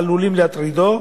העלולים להטרידו,